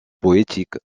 poétique